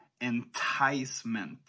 enticement